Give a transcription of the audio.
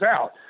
out